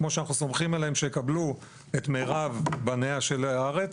כמו שאנחנו סומכים עליהם שיקבלו את מירב בניה של הארץ,